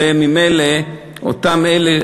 וממילא אותם אלה,